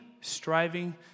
striving